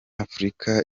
afurika